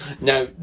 now